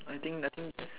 I think I think